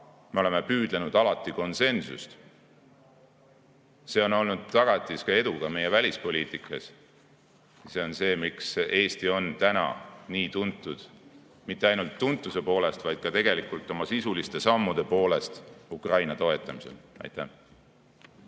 me oleme alati püüdnud [saavutada] konsensust. See on olnud edu tagatis meie välispoliitikas. Ja see on see, miks Eesti on täna nii tuntud mitte ainult tuntuse poolest, vaid ka tegelikult oma sisuliste sammude poolest Ukraina toetamisel. Hea